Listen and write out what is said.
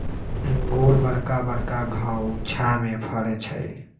इंगूर बरका बरका घउछामें फ़रै छइ